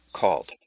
called